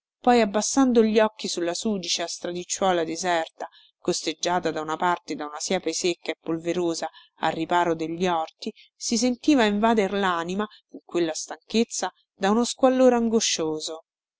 poi abbassando gli occhi sulla sudicia stradicciuola deserta costeggiata da una parte da una siepe secca e polverosa a riparo degli orti si sentiva invader lanima in quella stanchezza da uno squallore angoscioso